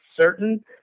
certain